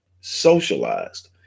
socialized